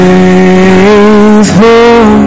Faithful